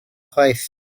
chwaith